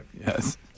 yes